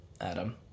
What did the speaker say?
Adam